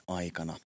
aikana